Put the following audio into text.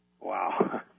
Wow